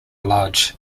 lodge